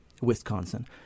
Wisconsin